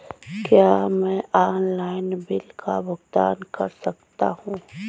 क्या मैं online bill का भुगतान कर सकता हूँ?